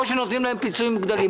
או שיתנו להם פיצויים מוגדלים,